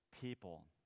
people